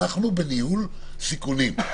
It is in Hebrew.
אנחנו בניהול סיכונים.